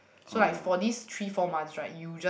so like for these three four months right you just